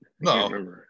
No